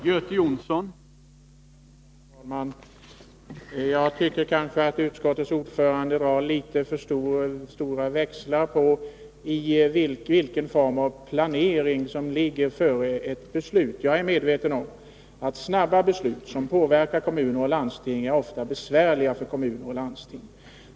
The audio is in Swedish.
Herr talman! Jag tycker nog att utskottets ordförande drar litet för stora växlar på vilken form av planering som ligger före ett beslut. Jag är medveten om att snabba beslut, som påverkar kommuner och landsting, ofta är besvärliga för dem.